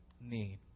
need